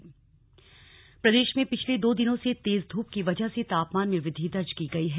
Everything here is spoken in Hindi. मौसम प्रदेश में पिछले दो दिनों से तेज धूप की वजह से तापमान में वृद्धि दर्ज की गई है